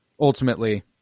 ultimately